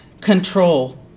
control